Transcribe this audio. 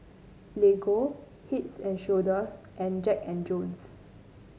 Lego Heads and Shoulders and Jack And Jones